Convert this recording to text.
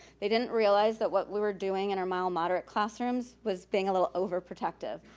they didn't realize that what we were doing in our mild moderate classrooms was being a little overprotective.